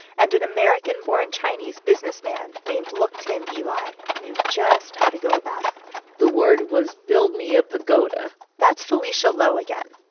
and an american born chinese businessman named look tin eli knew just how to go about it the word was, build me a pagoda. that's felicia lowe again.